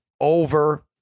Over